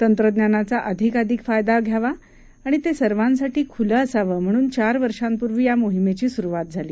तंत्रज्ञानाचा अधिकाअधिक फायदा घ्यावा आणि ते सर्वांसाठी खुलं असावं म्हणून चार वर्षापूर्वी या मोहिमेची सुरुवात केली